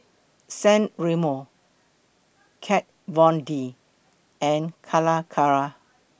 San Remo Kat Von D and Calacara